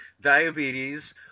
diabetes